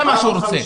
זה מה שהוא רוצה.